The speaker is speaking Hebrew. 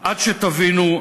עד שתבינו,